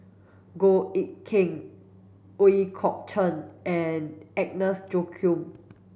Goh Eck Kheng Ooi Kok Chuen and Agnes Joaquim